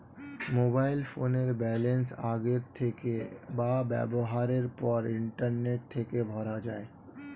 mobile ফোনের balance আগের থেকে বা ব্যবহারের পর ইন্টারনেট থেকে ভরা যায়